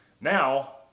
Now